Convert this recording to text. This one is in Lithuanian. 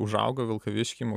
užaugau vilkavišky